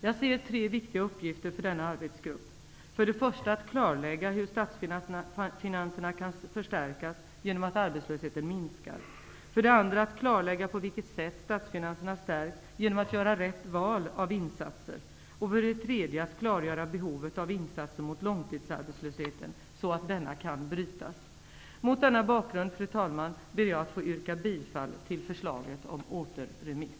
Jag ser tre viktiga uppgifter för denna arbetsgrupp: För det första att klarlägga hur statsfinanserna kan stärkas genom att arbetslösheten minskar, för det andra att klarlägga på vilket sätt statsfinanserna stärks genom rätt val av insatser samt, för det tredje, att klargöra behovet av insatser mot långtidsarbetslösheten, så att denna kan brytas. Mot denna bakgrund, fru talman, yrkar jag bifall till förslaget om återremiss.